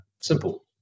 Simple